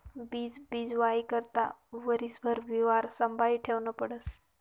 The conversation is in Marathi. बीज बीजवाई करता वरीसभर बिवारं संभायी ठेवनं पडस